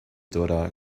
daughter